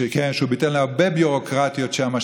שביטל הרבה ביורוקרטיות שם,